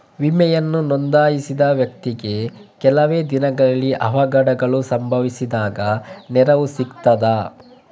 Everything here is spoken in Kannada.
ವಿಮೆಯನ್ನು ನೋಂದಾಯಿಸಿದ ವ್ಯಕ್ತಿಗೆ ಕೆಲವೆ ದಿನಗಳಲ್ಲಿ ಅವಘಡಗಳು ಸಂಭವಿಸಿದಾಗ ನೆರವು ಸಿಗ್ತದ?